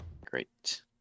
Great